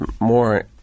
more